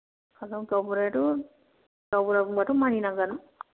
खारन गावनबुरायाथ' गावबुरा बुंबाथ' मानिनांगोन